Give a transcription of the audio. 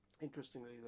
interestingly